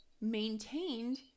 maintained